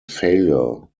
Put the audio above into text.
failure